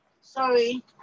Sorry